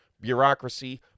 bureaucracy